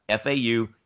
FAU